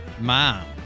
Mom